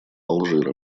алжира